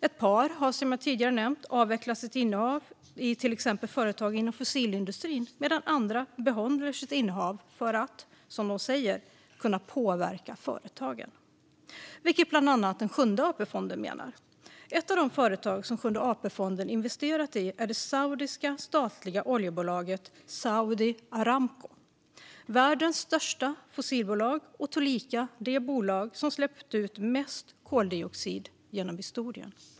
Ett par har, som jag tidigare nämnt, avvecklat sitt innehav i till exempel företag inom fossilindustrin medan andra behåller sitt innehav för att, som de säger, kunna påverka företagen, vilket bland andra Sjunde AP-fonden menar. Ett av de företag Sjunde AP-fonden investerat i är det saudiska statliga oljebolaget Saudi Aramco, vilket är världens största fossilbolag och tillika det bolag som släppt ut mest koldioxid genom historien.